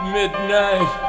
midnight